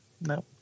no